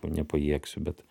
nepajėgsiu bet